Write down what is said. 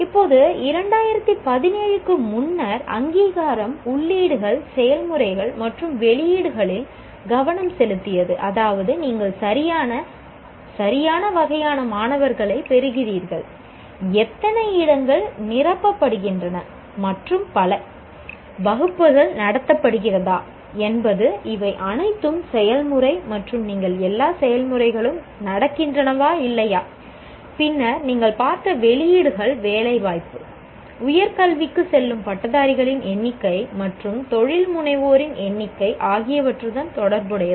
இப்போது 2017 க்கு முன்னர் அங்கீகாரம் உள்ளீடுகள் செயல்முறைகள் மற்றும் வெளியீடுகளில் கவனம் செலுத்தியது அதாவது நீங்கள் சரியான வகையான மாணவர்களைப் பெறுகிறீர்கள் எத்தனை இடங்கள் நிரப்பப்படுகின்றன மற்றும் பல வகுப்புகள் நடத்தப்படுகிறதா என்பது இவை அனைத்தும் செயல்முறை மற்றும் நீங்கள் எல்லா செயல்முறைகளும் நடக்கின்றனவா இல்லையா பின்னர் நீங்கள் பார்த்த வெளியீடுகள் வேலைவாய்ப்பு உயர் கல்விக்கு செல்லும் பட்டதாரிகளின் எண்ணிக்கை மற்றும் தொழில்முனைவோரின் எண்ணிக்கை ஆகியவற்றுடன் தொடர்புடையவை